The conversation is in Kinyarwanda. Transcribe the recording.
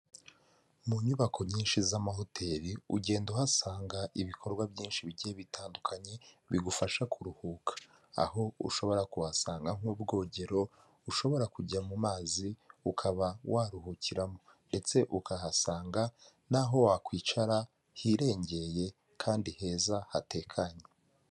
Mu nyubako nyinshi z'amahoteli ugenda uhasanga ibikorwa byinshi bigiye bitandukanye bigufasha kuruhuka aho ushobora kuhasanga nk'ubwogero ushobora kujya mu mazi ukaba waruhukiramo ndetse ukahasanga naho wakwicara hirengeye kandi heza hatekanye.